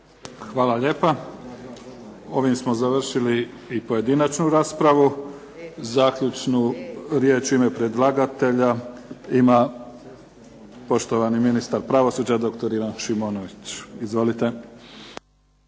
Hvala lijepa. Ovim smo završili i pojedinačnu raspravu. Zaključnu riječ u ime predlagatelja ima poštovani ministar pravosuđa, doktor Ivan Šimonović. Izvolite.